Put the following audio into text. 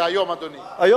זה היום, אדוני.